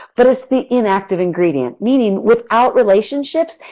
but it's the inactive ingredient, meaning without relationships,